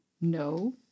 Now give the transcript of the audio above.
No